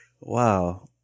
wow